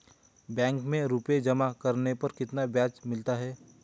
Bank में रुपये जमा करने पर कितना ब्याज मिलता है?